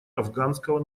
афганского